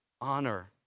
honor